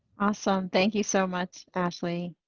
awesome. thank you so much, ashley.